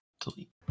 Delete